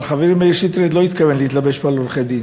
אבל חברי מאיר שטרית לא התכוון להתלבש פה על עורכי-דין,